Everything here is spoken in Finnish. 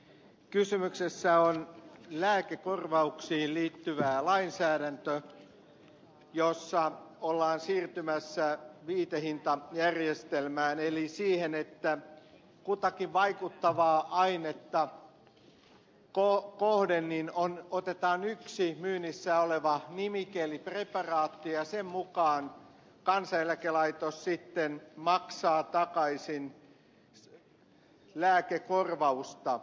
kysymyksessä on lääkekorvauksiin liittyvä lainsäädäntö jossa ollaan siirtymässä viitehintajärjestelmään eli siihen että kutakin vaikuttavaa ainetta kohden otetaan yksi myynnissä oleva nimike eli preparaatti jonka mukaan kansaneläkelaitos maksaa takaisin lääkekorvausta